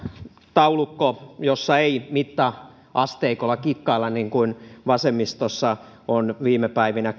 taulukko jossa ei mitta asteikoilla kikkailla niin kuin vasemmistossa on viime päivinä